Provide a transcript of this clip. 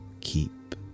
keep